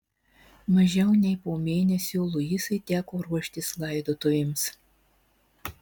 mažiau nei po mėnesio luisai teko ruoštis laidotuvėms